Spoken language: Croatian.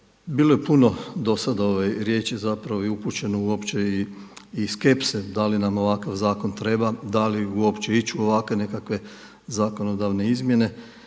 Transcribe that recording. Bilo je puno do sada riječi zapravo i upućeno uopće i skepse da li nam ovakav zakon treba, da li uopće ići u ovakve nekakve zakonodavne izmjene.